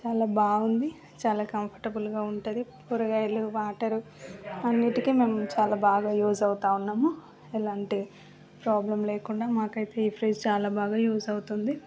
చాలా బాగుంది చాలా కంఫోర్టాబుల్గా ఉంటుంది కూరగాయలు వాటరు అన్నిటికి మేము చాల బాగా యూస్ అవుతామున్నాము ఎలాంటి ప్రాబ్లెమ్ లేకుండా మాకైతే ఈ ఫ్రిడ్జ్ చాలా బాగా యూజ్ అవుతుంది